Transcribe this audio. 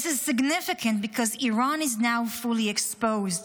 "This is significant because Iran is now fully exposed.